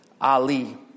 Ali